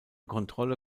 kontrolle